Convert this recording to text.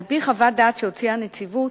על-פי חוות דעת שהוציאה הנציבות,